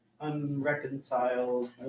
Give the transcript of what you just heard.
Unreconciled